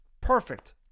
Perfect